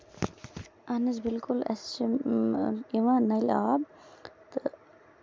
اَہن حظ بِلکُل اَسہِ چھُ یِوان نَلہِ آب تہٕ